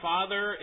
Father